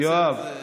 יואב,